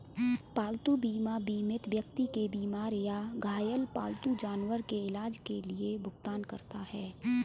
पालतू बीमा बीमित व्यक्ति के बीमार या घायल पालतू जानवर के इलाज के लिए भुगतान करता है